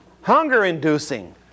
hunger-inducing